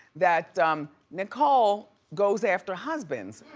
that nicole goes after husbands,